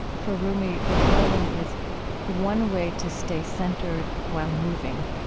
for rumi, the whirling is one way to stay centered while moving